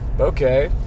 Okay